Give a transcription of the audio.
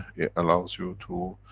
it allows you to.